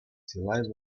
чылай